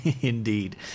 Indeed